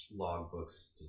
logbooks